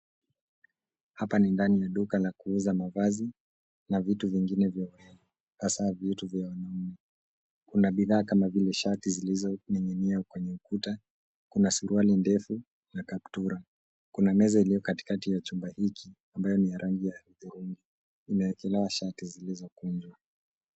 Hapa ni ndani ya duka la kuuza mavazi na vitu vingine vya urembo, hasa vitu vya wanaume. Kuna bidhaa kama vile shati zilizoning'inia kwenye ukuta, kuna suruali ndefu na kaptula. Kuna meza iliyo katikati ya chumba hiki ambacho ni ya hudhurungi. Imewekelewa shati zilizokunjwa.